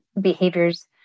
behaviors